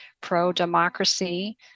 pro-democracy